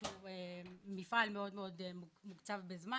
זה מפעל מאוד מאוד מוקצב בזמן,